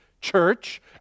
church